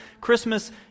Christmas